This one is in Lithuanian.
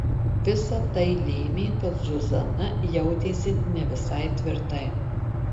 visa tai lėmė kad zuzana jautėsi ne visai tvirtai